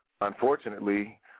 unfortunately